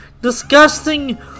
disgusting-